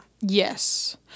Yes